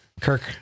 Kirk